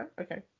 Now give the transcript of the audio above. okay